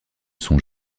sont